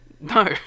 No